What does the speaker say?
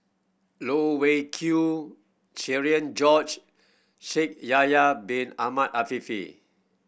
Loh Wai Kiew Cherian George Shaikh Yahya Bin Ahmed Afifi